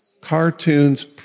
Cartoons